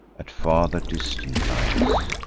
at farther distance lies,